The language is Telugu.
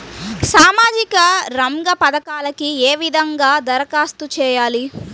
సామాజిక రంగ పథకాలకీ ఏ విధంగా ధరఖాస్తు చేయాలి?